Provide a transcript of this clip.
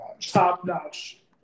top-notch